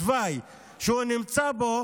התוואי שהוא נמצא בו,